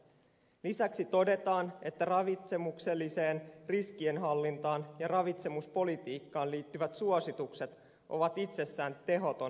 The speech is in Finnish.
lisäksi todetaan että ravitsemukselliseen riskienhallintaan ja ravitsemuspolitiikkaan liittyvät suositukset ovat itsessään tehoton ohjauskeino